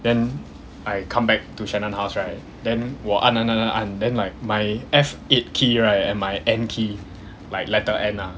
then I come back to shannon house right then 我按按按按按 then like my F eight key right and my N key like letter N ah